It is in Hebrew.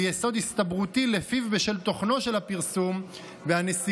ויסוד הסתברותי שלפיו בשל תוכנו של הפרסום והנסיבות